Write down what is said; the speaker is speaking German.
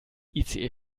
ice